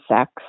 sex